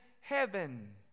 heaven